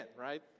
right